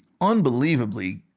unbelievably